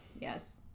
Yes